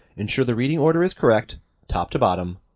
ensure the reading order is correct top to bottom,